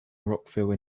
rockville